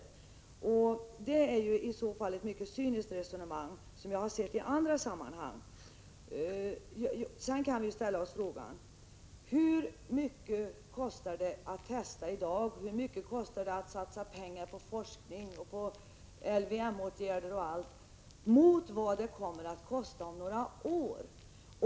Det är annars ett mycket cyniskt resonemang, som jag har hört i andra sammanhang. Man kan fråga sig: Hur mycket kostar det att testa i dag? Hur mycket pengar satsas på forskning, på LVYM-åtgärder m.m., mot vad det kommer att kosta om några år?